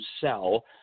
sell